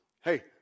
hey